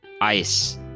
ice